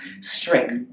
strength